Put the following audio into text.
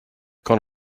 gone